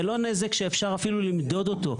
זה לא נזק שאפשר אפילו למדוד אותו,